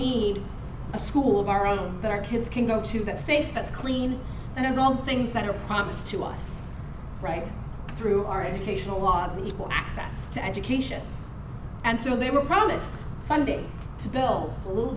need a school of our own that our kids can go to that safe that's clean and it's all things that are promised to us right through our educational was equal access to education and so they were promised funding to build a little